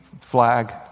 flag